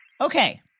Okay